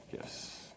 yes